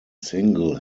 single